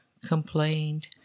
complained